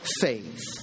faith